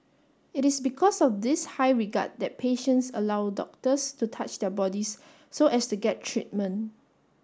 it is because of this high regard that patients allow doctors to touch their bodies so as to get treatment